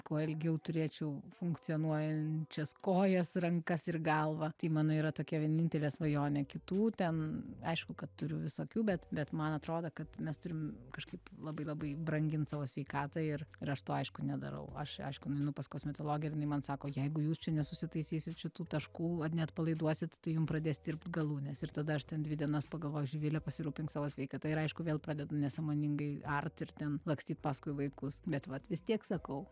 kuo ilgiau turėčiau funkcionuojančias kojas rankas ir galvą tai mano yra tokia vienintelė svajonė kitų ten aišku kad turiu visokių bet bet man atrodo kad mes turim kažkaip labai labai brangint savo sveikatą ir aš to aišku nedarau aš aišku nueinu pas kosmetologę ir jinai man sako jeigu jūs čia nesusitaisysit šitų taškų neatpalaiduosit tai jums pradės tirpt galūnės ir tada aš ten dvi dienas pagalvoju živile pasirūpink savo sveikata ir aišku vėl pradedu nesąmoningai art ir ten lakstyt paskui vaikus bet vat vis tiek sakau